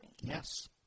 Yes